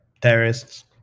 terrorists